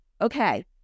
Okay